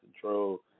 control